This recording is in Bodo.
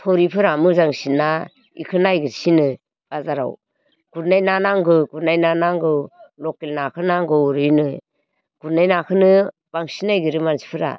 थुरिफोरा मोजांसिनना बिखौ नागिरसिनो बाजाराव गुरनाय ना नांगो गुरनाय ना नांगौ लकेल नाखौ नांगौ ओरै होनो गुरनाय नाखौनो बांसिन नायगिरो मानसिफोरा